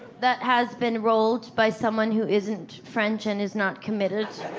that has been rolled by someone who isn't french and is not committed